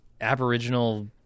aboriginal